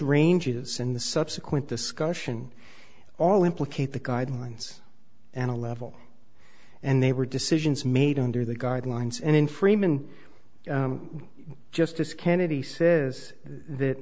ranges and the subsequent discussion all implicate the guidelines and a level and they were decisions made under the guidelines and in freeman justice kennedy says that